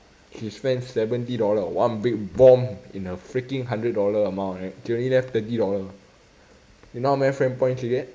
she spend seventy dollar one big bomb in her freaking hundred dollar amount right she only left twenty dollar you know how many frank points you get